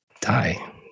die